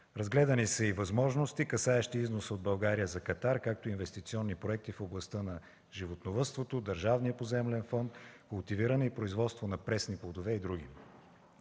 Разгледани са и възможности касаещи износ от България за Катар, както и инвестиционни проекти в областта на животновъдството, държавния поземлен фонд, култивиране и производство на пресни плодове и други.